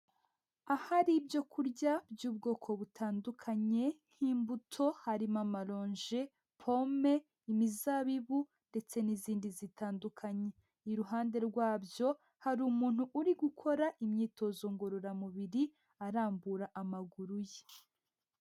Ahari ibyo kurya by'ubwoko butandukanye nk'imbuto, harimo amaronje, pome, imizabibu ndetse n'izindi zitandukanye, iruhande rwabyo hari umuntu uri gukora imyitozo ngororamubiri, arambura amaguru ye.